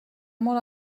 molt